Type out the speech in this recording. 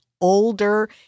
older